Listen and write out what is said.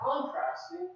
contrasting